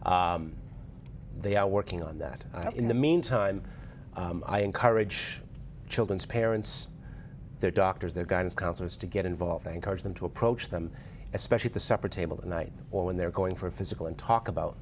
and they are working on that in the meantime i encourage children's parents their doctors their guidance counselors to get involved and courage them to approach them especially the supper table tonight or when they're going for physical and talk about